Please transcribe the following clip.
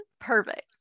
perfect